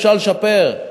אפשר לשפר.